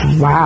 Wow